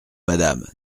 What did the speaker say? madame